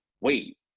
wait